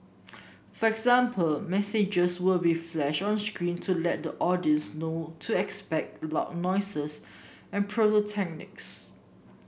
for example messages will be flashed on screen to let the audience know to expect loud noises and pyrotechnics